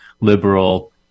liberal